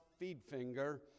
feedfinger